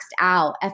out